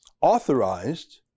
Authorized